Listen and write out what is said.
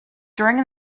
during